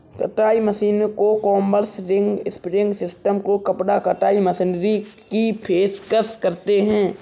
कताई मशीनों को कॉम्बर्स, रिंग स्पिनिंग सिस्टम को कपड़ा कताई मशीनरी की पेशकश करते हैं